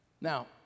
Now